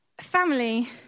Family